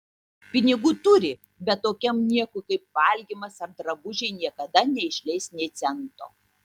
pinigų turi bet tokiam niekui kaip valgymas ar drabužiai niekada neišleis nė cento